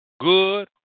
Good